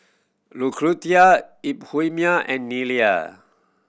Lucretia Euphemia and Nellie